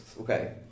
Okay